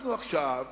ועכשיו,